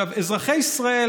אזרחי ישראל,